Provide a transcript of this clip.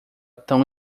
tão